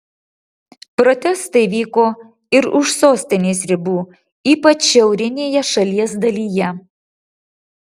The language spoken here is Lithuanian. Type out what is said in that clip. protestai vyko ir už sostinės ribų ypač šiaurinėje šalies dalyje